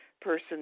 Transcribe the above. person